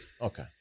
Okay